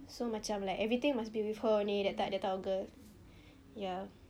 so macam like everything must be with her only that type that type of girl ya